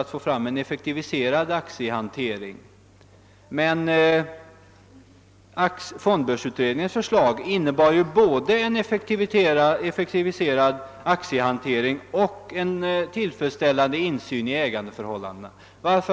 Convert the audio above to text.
att få fram en effektiviserad aktiehantering. Men fondbörsutredningens förslag innebar både en effektiviserad aktiehantering och en tillfredsställande insyn i ägarförhållandena.